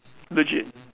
legit